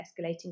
escalating